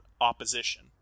opposition